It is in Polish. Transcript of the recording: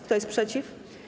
Kto jest przeciw?